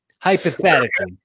hypothetically